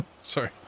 Sorry